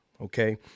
Okay